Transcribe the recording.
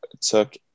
took